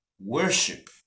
worship